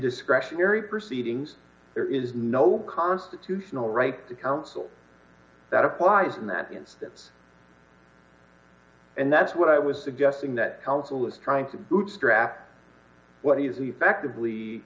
discretionary proceedings there is no constitutional right to counsel that applies in that instance and that's what i was suggesting that helpful is trying to bootstrap what is effectively